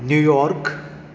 New York